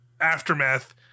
aftermath